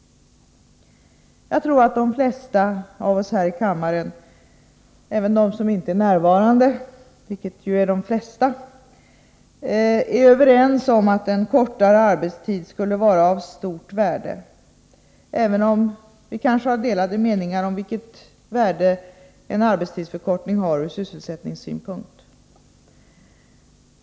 Jag tror att de flesta av oss här i kammaren — även de som inte är närvarande, vilket ju är de flesta — är överens om att en kortare arbetstid skulle vara av stort värde, även om vi kanske har delade meningar om vilket värde en arbetstidsförkortning har ur sysselsättningssynpunkt.